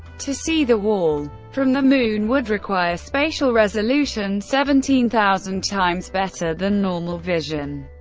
to see the wall from the moon would require spatial resolution seventeen thousand times better than normal vision.